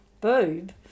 boob